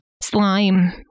slime